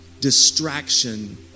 distraction